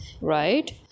right